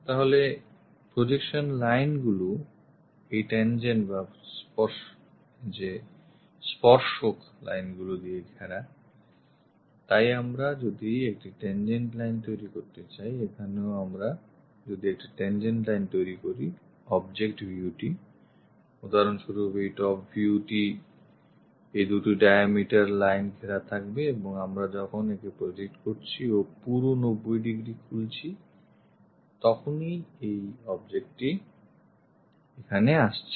তাহলে projection line গুলি এই tangent বা স্পর্শকাতর lineগুলি দিয়ে ঘেরা তাই আমরা যদি একটি tangent line তৈরী করতে চাই এখানেও আমরা যদি একটি tangent line তৈরী করি object view টি উদাহরণস্বরূপ এই top view টি এই দুটি diameter line ঘেরা থাকবে এবং আমরা যখন একে project করছি ও পুরো 90 degree খুলছি তখনই এই objectটি এখানে আসছে